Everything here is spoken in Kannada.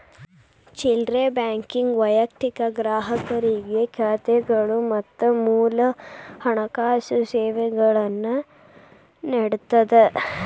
ಚಿಲ್ಲರೆ ಬ್ಯಾಂಕಿಂಗ್ ವೈಯಕ್ತಿಕ ಗ್ರಾಹಕರಿಗೆ ಖಾತೆಗಳು ಮತ್ತ ಮೂಲ ಹಣಕಾಸು ಸೇವೆಗಳನ್ನ ನೇಡತ್ತದ